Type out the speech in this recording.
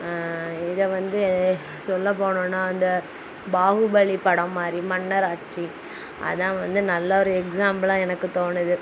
இதை வந்து சொல்ல போனோம்னா அந்த பாகுபலி படம் மாரி மன்னர் ஆட்சி அதுதான் வந்து நல்ல ஒரு எக்ஸாம்பிளாக எனக்கு தோணுது